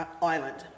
Island